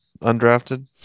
Undrafted